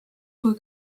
kui